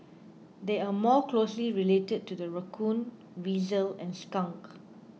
they are more closely related to the raccoon weasel and skunk